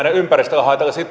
ja ympäristölle haitallisiin